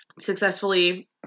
successfully